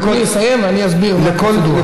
אדוני יסיים ואני אסביר מה הפרוצדורה.